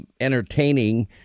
entertaining